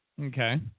Okay